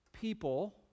people